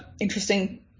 interesting